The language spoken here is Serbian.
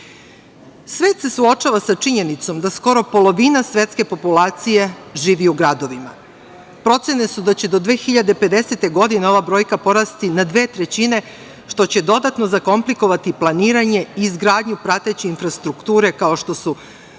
se suočava sa činjenicom da skoro polovina svetske populacije živi u gradovima. Procene su da će do 2050. godine ova brojka porasti na dve trećine, što će dodatno zakomplikovati planiranje i izgradnju prateće infrastrukture, kao što su